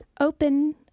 open